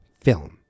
film